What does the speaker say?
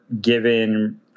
given